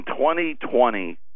2020